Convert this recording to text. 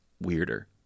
weirder